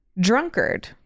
drunkard